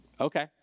okay